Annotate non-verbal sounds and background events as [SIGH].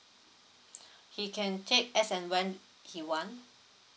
[BREATH] he can take as and when he want